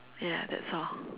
ya that's all